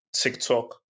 TikTok